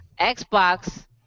Xbox